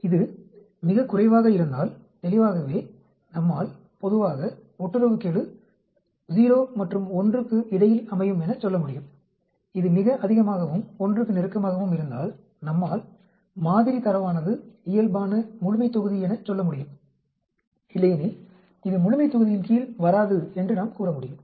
இது மிகக் குறைவாக இருந்தால் தெளிவாகவே நம்மால் பொதுவாக ஒட்டுறவுக்கெழு 0 மற்றும் 1 க்கு இடையில் அமையும் எனச் சொல்ல முடியும் இது மிக அதிகமாகவும் 1 க்கு நெருக்கமாகவும் இருந்தால் நம்மால் மாதிரி தரவானது இயல்பான முழுமைத்தொகுதி எனச் சொல்ல முடியும் இல்லையெனில் இது முழுமைத்தொகுதியின் கீழ் வராது என்று நாம் கூற முடியும்